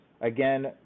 again